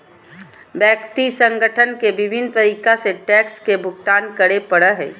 व्यक्ति संगठन के विभिन्न तरीका से टैक्स के भुगतान करे पड़ो हइ